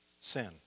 Sin